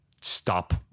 stop